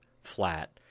flat